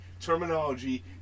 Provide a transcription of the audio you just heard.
terminology